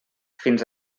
fins